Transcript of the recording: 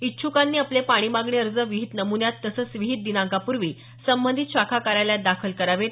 इच्छुकांनी आपले पाणी मागणी अर्ज विहीत नम्न्यात तसंच विहीत दिनांकापूर्वी संबंधित शाखा कार्यालयात दाखल करावेत